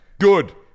good